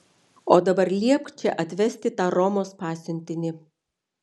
o dabar liepk čia atvesti tą romos pasiuntinį